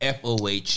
Foh